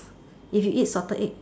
if you eat Salted Egg